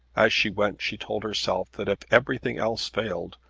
as she went she told herself that if everything else failed,